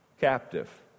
captive